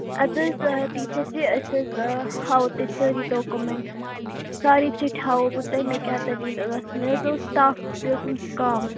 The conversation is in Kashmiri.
اَدٕ حظ ٹیٖچَر جی أسۍ حظ ہاوَو تۄہہِ سٲری ڈاکمٮ۪نٛٹ سارے چِٹھِ ہاوو بہٕ تۄہہِ مےٚ کیٛاہ دٔلیٖل ٲس مےٚ حظ اوس تف بیٚیہِ اوسُم زُکَام